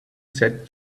said